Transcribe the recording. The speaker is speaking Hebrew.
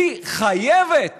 היא חייבת